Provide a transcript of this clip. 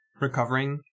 recovering